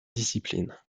discipline